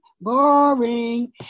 boring